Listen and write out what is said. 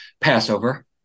Passover